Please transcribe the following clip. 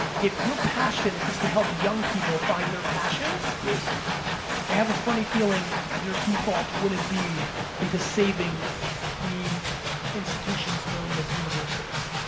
if your passion is to help young people find their passions, i have a funny feeling your default wouldn't be into saving the institutions known as universities.